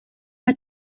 had